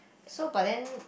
so but then